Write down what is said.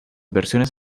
versiones